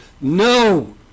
no